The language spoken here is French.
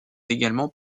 également